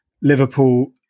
Liverpool